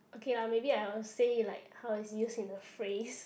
okay lah maybe I would say like how it's use in a phrase